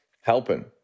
helping